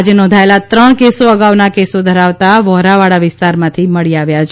આજે નોંધાયેલા ત્રણ કેસો અગાઉના કેસો ધરાવતા વોરાવાડ વિસ્તારમાંથી મળી આવ્યા છે